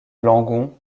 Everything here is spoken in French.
langon